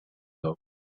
俱乐部